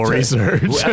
research